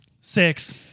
Six